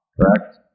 Correct